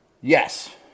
Yes